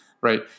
right